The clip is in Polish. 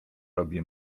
robi